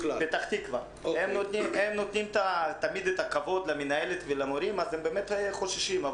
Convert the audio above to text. שתמיד נותנים את הכבוד למנהלת ולמורים ואז הם באמת חוששים.